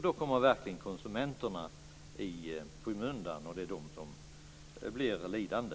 Då kommer verkligen konsumenterna i skymundan, och det är de som blir lidande.